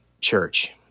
church